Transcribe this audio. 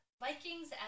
Vikings